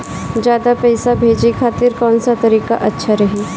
ज्यादा पईसा भेजे खातिर कौन सा तरीका अच्छा रही?